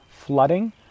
flooding